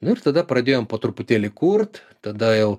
nu ir tada pradėjom po truputėlį kurt tada jau